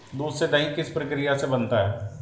दूध से दही किस प्रक्रिया से बनता है?